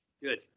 Good